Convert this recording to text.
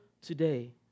today